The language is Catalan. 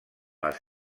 les